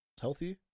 healthy